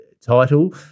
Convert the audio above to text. title